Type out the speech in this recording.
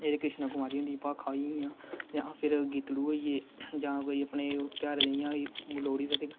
जेहडे़ किशना कुमारी हुंदियां भाखां होई गेइयां जां फिर गीतडू़ होई गे जां कोई अपने ध्यारें दा होई गे लोहड़ी